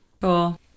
Cool